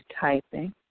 typing